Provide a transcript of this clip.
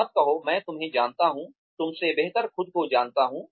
मत कहो मैं तुम्हें जानता हूँ तुमसे बेहतर खुद को जानता हूँ